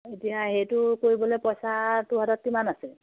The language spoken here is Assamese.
এতিয়া সেইটো কৰিবলৈ পইচা তোৰ হাতত কিমান আছে